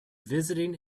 visiting